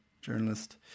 journalist